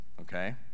Okay